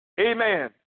amen